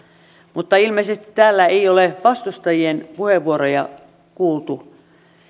mutta ilmeisesti täällä ei ole vastustajien puheenvuoroja kuultu